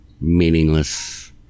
meaningless